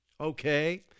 Okay